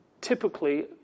typically